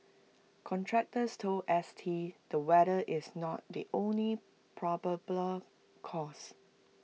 contractors told S T the weather is not the only probable cause